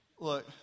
Look